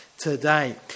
today